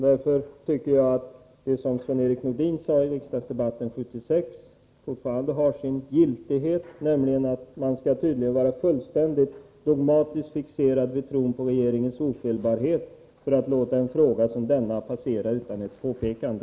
Därför tycker jag att det som Sven-Erik Nordin sade i riksdagsdebatten 1976 fortfarande har sin giltighet, nämligen att man tydligen skall vara fullständigt dogmatiskt fixerad vid tron på regeringens ofelbarhet för att låta en fråga av den här arten passera utan ett påpekande.